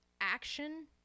action